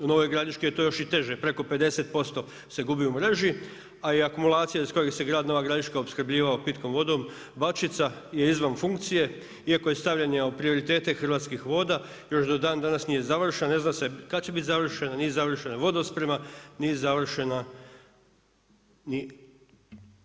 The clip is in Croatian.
U Novoj Gradiškoj je to još i teže, preko 50% se gubi u mreži, a i akumulacija iz kojeg se grad Nova Gradiška opskrbljivao pitkom vodom, Bačica je izvan funkcije iako je stavljen u prioritete Hrvatskih voda, još do dandanas nije završen, ne zna se kad će biti završen, nije završena vodosprema, nije završen ni